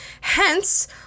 Hence